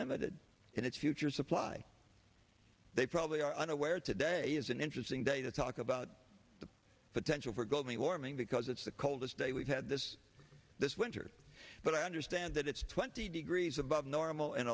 limited in its future supply they probably are unaware today is an interesting day to talk about the potential for goldman warming because it's the coldest day we've had this this winter but i understand that it's twenty degrees above normal